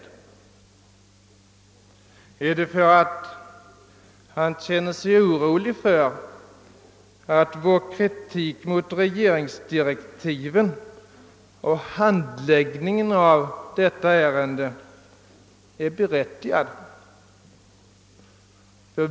Är han irriterad för att han känner sig orolig för att vår kritik mot regeringsdirektiven och handläggningen av detta ärende ändå är berättigad?